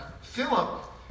Philip